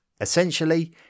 Essentially